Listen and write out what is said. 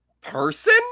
person